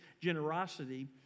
generosity